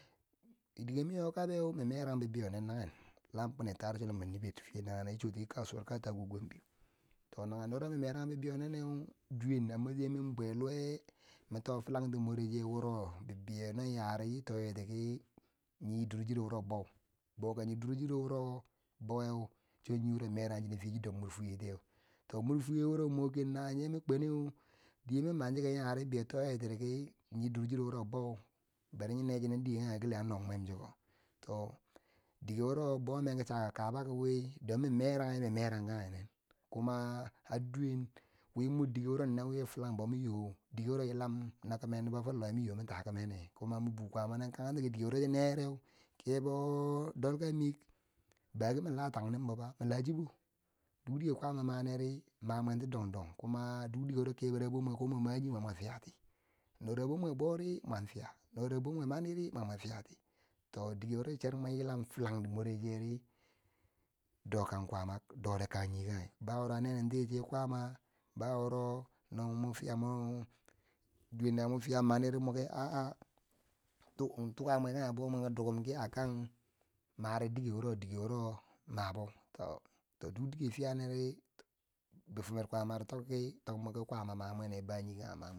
Dike mi yo kabeu min mirang bibei yo nen nageng lam kwini taar chilombo niber fiye nagene shi soti ki kasuwa katako gombe, to nagengdo wo ma merang bibeiyo nenneu, duwengo a masayi mi bwe luwe mim too filangti moreche wuro bibeiyo non uyare toyetiki nye durchero wuro bou, boka nye durchero wuro bwe nye so yi wuro merang chinen fiye chi dom mor fiye tiyeu, to mor fweye wuro mo ken na woyeu mu kweneu diye min mani chiko yari bibeiyo to nye ti ki nye durchero wo bou bari nyo ne chinen dike kange a nom mwemchiko, to dike wuro bo men ki chaka kaba wei, don min merangyi min merang kange nen, kuma har duwen wimor dike wuro doknye filang bomiyo dike wuro yilan na kime nobbo fo lowe bo mi yo min ta ki mene, kuma min bukwaama nen kang ti ki dike wuro cho neyereu kebo dolkamik, bawe kimin la tannimbo ba, mi la chi bo, duk dike kwaama ma neri ma ti dong dong kuma duk dike kebo rabo mwe ko mwo manye mani mwa fiya ti no rabo mwe bouri mun fiya no rabo mwen mani ri mani mwo fiyati, to dike wuro cher muven yilam filang mure cheri, do kan kwaamak, dore kan nye kangek ba wuro a nenentiye che kwaama ba wuro no mwen fiya meu duwen no mo fiya maniri muki aa tuka mwe kange bo ki dukkum ki a kang mare dike wuro dike wuro mabo, to, to duk dike fiya neneri bifimer kwaamar toki, to mwoki kwaama ma mwene kebo nye kange.